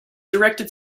directed